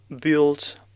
built